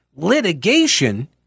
litigation